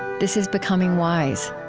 this is becoming wise.